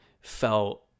felt